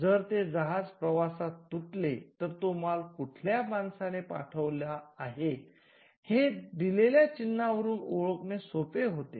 जर ते जहाज प्रवासात तुटले तर तो माल कुठल्या माणसाने पाठवला आहे हे दिलेल्या चिन्हावरून ओळखणे सोपे होते